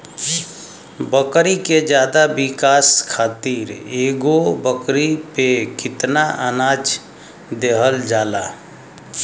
बकरी के ज्यादा विकास खातिर एगो बकरी पे कितना अनाज देहल जाला?